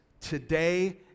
today